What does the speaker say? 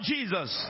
Jesus